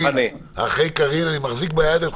אנחנו צריכים לעבוד בגישה של מרתון ולא של ספרינט,